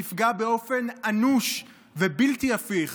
תפגע באופן אנוש ובלתי הפיך